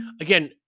again